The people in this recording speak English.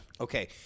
Okay